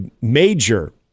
major